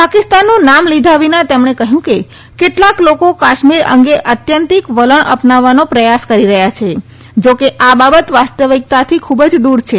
પાકિસ્તાનનું નામ લીધા વીના તેમણે કહ્યું કે કેટલાંક લોકો કાશ્મીર અંગે અત્યંતિક વલણ અપનાવવાનો પ્રયાસ કરી રહ્યા છે જાકે આ બાબત વાસ્તવિકતાથી ખૂબ જ દૂર છે